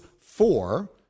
four